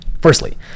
Firstly